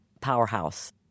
powerhouse